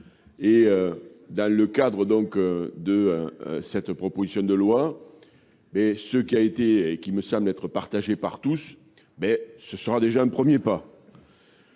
Et dans le cadre donc de cette proposition de loi, ce qui a été et qui me semble être partagé par tous, ce sera déjà un premier pas.